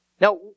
Now